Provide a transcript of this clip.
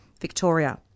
Victoria